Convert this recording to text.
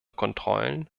kontrollen